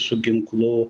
su ginklu